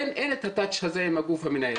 אין הטאץ' הזה עם הגוף המנהל.